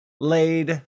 laid